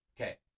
okay